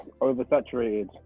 oversaturated